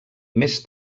més